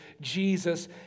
Jesus